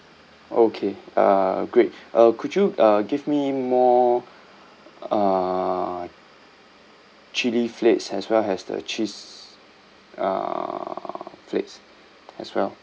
okay uh great uh could you uh give me more uh chilli flakes as well as the cheese uh flakes as well